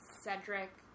Cedric